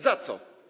Za co?